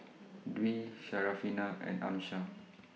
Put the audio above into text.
Dwi Syarafina and Amsyar